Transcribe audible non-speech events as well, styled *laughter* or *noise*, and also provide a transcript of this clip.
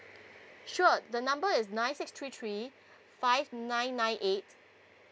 sure the number is nine six three three *breath* five nine nine eight